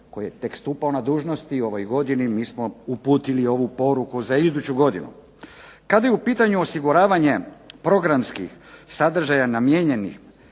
koji je tek stupao na dužnost u ovoj godini uputili ovu poruku za iduću godinu. Kada je u pitanju osiguravanje programskih sadržaja namijenjenih